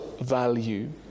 value